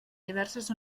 diverses